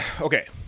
okay